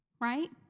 right